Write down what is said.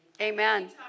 Amen